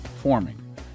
forming